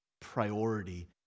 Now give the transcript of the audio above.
priority